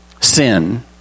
sin